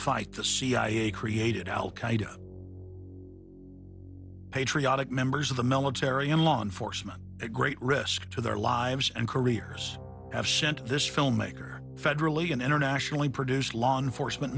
fight the cia created al qaeda patriotic members of the military and law enforcement at great risk to their lives and careers have sent this filmmaker federally and internationally produced law enforcement